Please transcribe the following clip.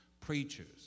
preachers